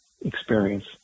experience